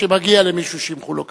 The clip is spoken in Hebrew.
כשמגיע למישהו שימחאו לו כפיים.